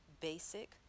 basic